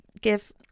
give